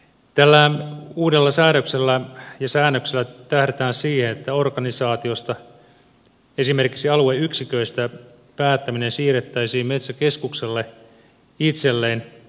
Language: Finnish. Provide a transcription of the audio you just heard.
tällä uudella säädöksellä ja säännöksellä tähdätään siihen että organisaatiosta esimerkiksi alueyksiköistä päättäminen siirrettäisiin metsäkeskukselle itselleen